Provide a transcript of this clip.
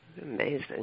Amazing